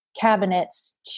cabinets